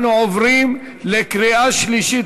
אנחנו עוברים לקריאה שלישית.